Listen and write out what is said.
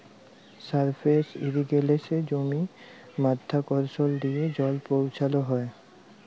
surface ইরিগেসলে জমিতে মধ্যাকরসল দিয়ে জল পৌঁছাল হ্যয়